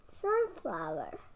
sunflower